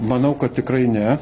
manau kad tikrai ne